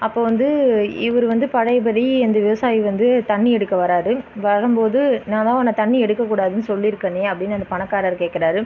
அப்போது வந்து இவர் வந்து பழையபடி அந்த விவசாயி வந்து தண்ணி எடுக்க வராரு வரும் போது நான் தான் உன்னை தண்ணி எடுக்கக் கூடாதுன்னு சொல்லியிருக்கனே அப்படினு அந்த பணக்காரர் கேட்கறாரு